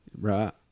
right